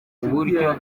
uburyo